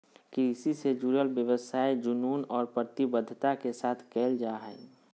कृषि से जुडल व्यवसाय जुनून और प्रतिबद्धता के साथ कयल जा हइ